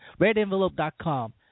RedEnvelope.com